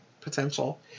potential